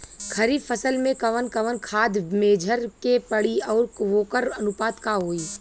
खरीफ फसल में कवन कवन खाद्य मेझर के पड़ी अउर वोकर अनुपात का होई?